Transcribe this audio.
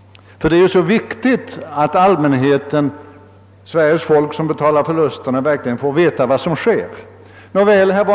— det är viktigt att Sveriges tolk, som får betala förlusterna, får veta vad som verkligen har skett.